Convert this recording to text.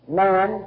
man